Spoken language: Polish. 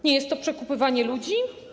Nie jest to przekupywanie ludzi?